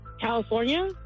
California